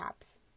apps